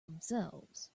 themselves